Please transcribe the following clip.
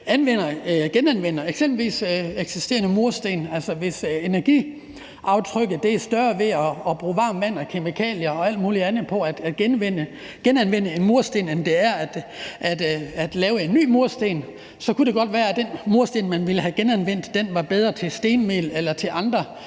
ting, man genanvender, eksempelvis eksisterende mursten. Altså, hvis energiaftrykket er større i form af at bruge varmt vand og kemikalier og alt muligt andet ved at genanvende en mursten, end det er for at lave en ny mursten, så kunne det godt være, at den mursten, man ville have genanvendt, var bedre at bruge til stenmel eller til andre